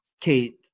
Kate